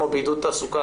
כמו בעידוד תעסוקה,